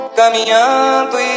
caminhando